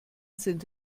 sind